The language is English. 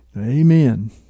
Amen